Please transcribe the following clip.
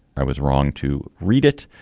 i was wrong to read it.